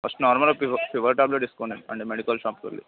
first నార్మల్గా fever fever tablet వేసుకోండి అంటే మెడికల్ షాప్కు వెళ్ళి